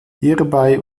hierbei